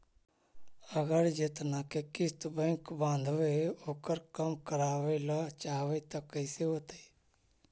अगर जेतना के किस्त बैक बाँधबे ओकर कम करावे ल चाहबै तब कैसे होतै?